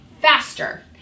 faster